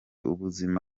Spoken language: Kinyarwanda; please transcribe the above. ubuzima